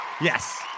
Yes